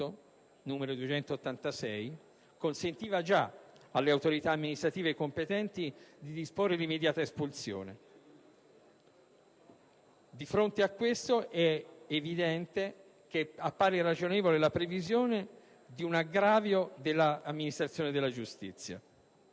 n. 286, consente alle autorità amministrative competenti di disporre l'immediata espulsione. Di fronte a questo, pare ragionevole la previsione di un aggravio per l'amministrazione della giustizia.